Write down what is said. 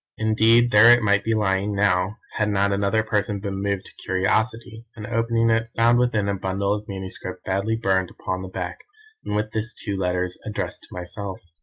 indeed there it might be lying now, had not another person been moved to curiosity, and opening it, found within a bundle of manuscript badly burned upon the back, and with this two letters addressed to myself.